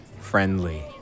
friendly